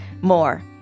more